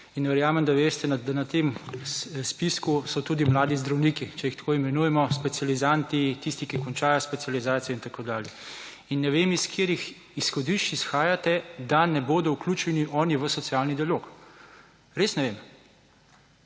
In verjamem, da veste, da na tem spisku so tudi mladi zdravniki, če jih tako imenujemo, specializanti, tisti, ki končajo specializacijo, in tako dalje. In ne vem, iz katerih izhodišč izhajate, da ne bodo vključeni oni v socialni dialog, res ne vem.